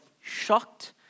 shocked